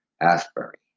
Asbury